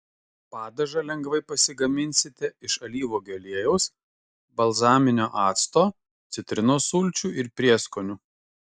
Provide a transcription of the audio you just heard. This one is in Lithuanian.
padažą lengvai pasigaminsite iš alyvuogių aliejaus balzaminio acto citrinos sulčių ir prieskonių